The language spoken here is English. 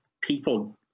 People